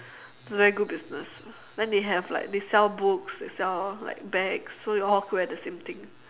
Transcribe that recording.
it's very good business then they have like they sell books they sell like bags so it all group at the same thing